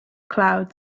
cloud